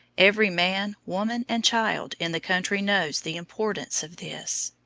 every man, woman, and child in the country knows the importance of this.